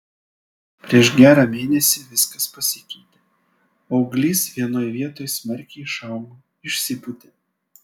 prieš gerą mėnesį viskas pasikeitė auglys vienoj vietoj smarkiai išaugo išsipūtė